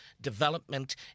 development